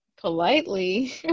politely